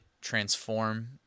transform